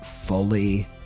fully